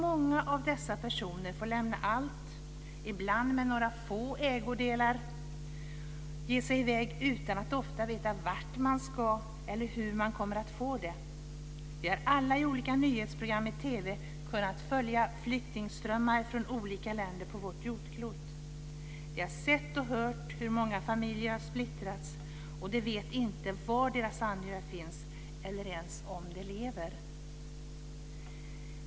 Många av dessa personer har fått lämna allt, ibland med några få ägodelar, och ge sig iväg utan att ofta veta var de ska eller hur de kommer att få det. Vi har alla i olika nyhetsprogram i TV kunnat följa flyktingströmmar från olika länder på vårt jordklot. Vi har sett och hört om hur många familjer har splittrats. De vet inte var deras anhöriga finns eller ens om de lever.